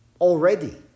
already